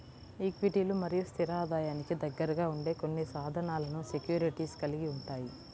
ఈక్విటీలు మరియు స్థిర ఆదాయానికి దగ్గరగా ఉండే కొన్ని సాధనాలను సెక్యూరిటీస్ కలిగి ఉంటాయి